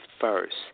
first